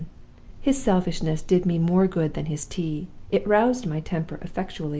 his selfishness did me more good than his tea it roused my temper effectually.